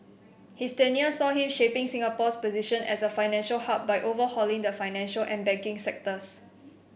his tenure saw him shaping Singapore's position as a financial hub by overhauling the financial and banking sectors